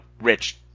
rich